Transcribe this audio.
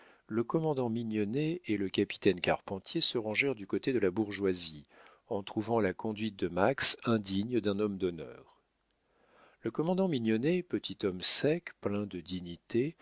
le commandant mignonnet et le capitaine carpentier se rangèrent du côté de la bourgeoisie en trouvant la conduite de max indigne d'un homme d'honneur le commandant mignonnet petit homme sec plein de dignité